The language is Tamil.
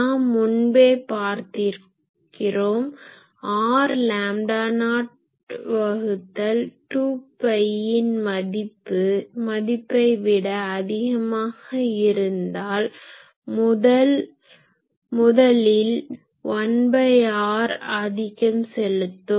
நாம் முன்பே பார்த்திருக்கிறோம் r லாம்டா நாட் வகுத்தல் 2பையின் மதிப்பை விட அதிகமாக இருந்தால் முதல் 1r ஆதிக்கம் செலுத்தும்